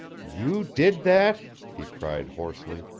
you did that, he cried, hoarsely.